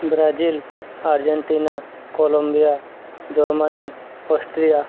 Brazil Argentina Colombia Germany Austria